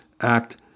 act